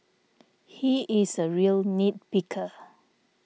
he is a real nit picker